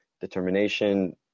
determination